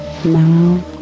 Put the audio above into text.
now